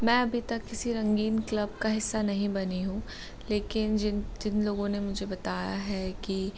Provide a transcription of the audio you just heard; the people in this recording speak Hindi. मैं अभी तक किसी रंगीन क्लब का हिस्सा नहीं बनी हूँ लेकिन जिन जिन लोगों ने मुझे बताया है कि